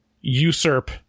usurp